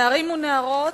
נערים ונערות,